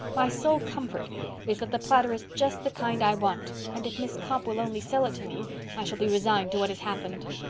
my sole comfort is that the platter is just the kind i want and if miss copp will only sell it to me i shall be resigned to what has happened.